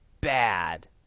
bad